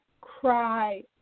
cry